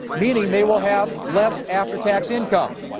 meaning they will have less after-tax income.